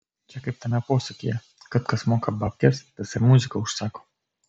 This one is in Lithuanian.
čia kaip tame posakyje kad kas moka babkes tas ir muziką užsako